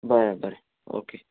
बरें बरें ओके